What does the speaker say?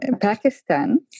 pakistan